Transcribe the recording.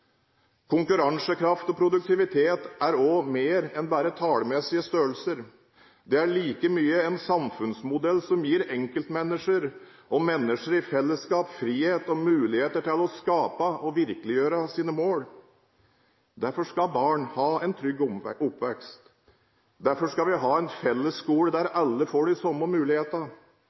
Konkurransekraft og produktivitet er også mer enn bare tallmessige størrelser. Det er like mye en samfunnsmodell som gir enkeltmennesker og mennesker i fellesskap frihet og muligheter til å skape og virkeliggjøre sine mål. Derfor skal barn ha en trygg oppvekst. Derfor skal vi ha en fellesskole der alle får de samme